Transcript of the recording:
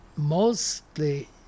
Mostly